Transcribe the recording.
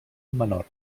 menor